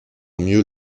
mieux